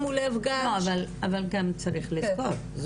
אבל גם צריך לזכור,